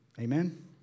Amen